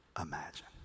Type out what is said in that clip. imagine